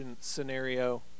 scenario